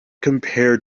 compare